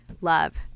love